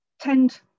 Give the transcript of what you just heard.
tend